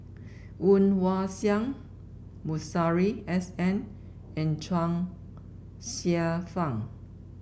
Woon Wah Siang Masuri S N and Chuang Hsueh Fang